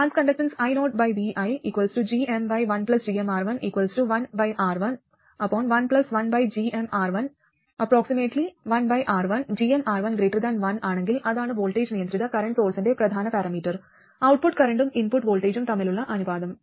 trans conductance iovigm1gmR11R111R1 gmR1 1 ആണെങ്കിൽ അതാണ് voltage നിയന്ത്രിത കറന്റ് സോഴ്സ്ന്റെ പ്രധാന പാരാമീറ്റർ ഔട്ട്പുട്ട് കറന്റും ഇൻപുട്ട് വോൾട്ടേജും തമ്മിലുള്ള അനുപാതം